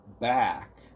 back